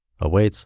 awaits